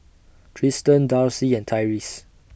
Tristen Darcie and Tyreese